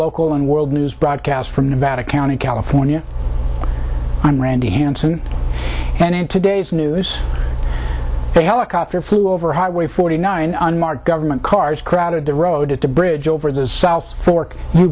local and world news broadcast from nevada county california i'm randy hanson and in today's news a helicopter flew over highway forty nine unmarked government cars crowded the road at a bridge over the south fork the